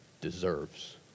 deserves